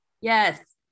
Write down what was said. Yes